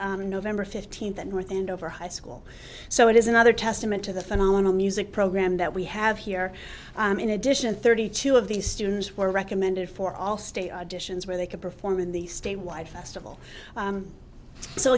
dition november fifteenth at north andover high school so it is another testament to the phenomenal music program that we have here in addition thirty two of these students were recommended for all state auditions where they could perform in the state wide festival